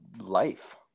life